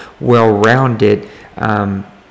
well-rounded